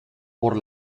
por